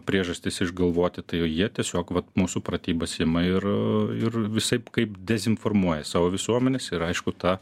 priežastis išgalvoti tai jie tiesiog vat mūsų pratybas ima ir ir visaip kaip dezinformuoja savo visuomenės ir aišku ta